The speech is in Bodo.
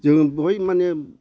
जोङो बहाय माने